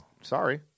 Sorry